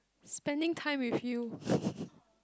spending time with you